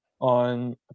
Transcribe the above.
on